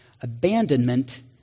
Abandonment